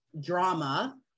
drama